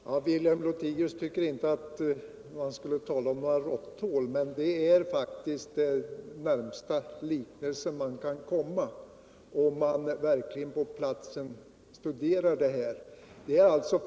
Herr talman! Carl-Wilhelm Lothigius tycker inte att man skall tala om råtthål, men det är faktiskt den närmaste liknelse man kan hitta, om man verkligen på platsen har studerat förhållandena.